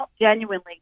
genuinely